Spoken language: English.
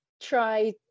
try